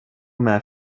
med